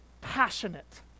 passionate